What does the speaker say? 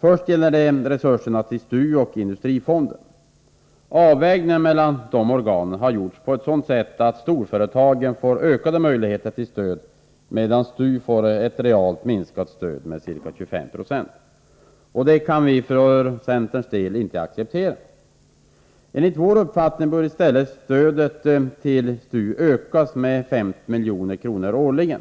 Först gäller det resurserna till STU och industrifonden. Avvägningen mellan dessa organ har gjorts på ett sådant sätt att storföretagen får ökade möjligheter till stöd, medan STU får ett realt minskat stöd med ca 25 26. Detta kan vi för centerns del inte acceptera. Enligt vår uppfattning bör i stället ytterligare 5 milj.kr. årligen